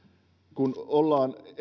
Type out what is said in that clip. kun ollaan